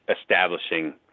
establishing